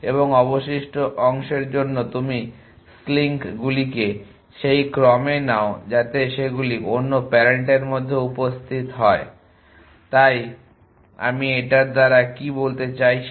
এবং অবশিষ্ট অংশের জন্য তুমি স্লিঙ্ক গুলিকে সেই ক্রমে নাও যাতে সেগুলি অন্য প্যারেন্টর মধ্যে উপস্থিত হয় তাই আমি এটার দ্বারা কী বলতে চাইছি